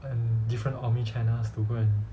and different omnichannels to go and